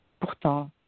pourtant